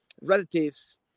relatives